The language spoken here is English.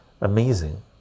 amazing